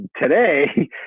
today